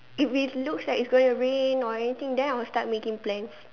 if it looks like is going to rain or anything then I'll start making plans